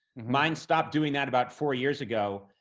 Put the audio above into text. mine stopped doing that about four years ago.